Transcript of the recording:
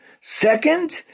Second